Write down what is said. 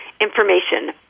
information